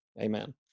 Amen